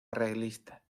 arreglista